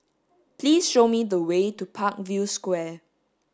please show me the way to Parkview Square